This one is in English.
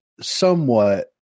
somewhat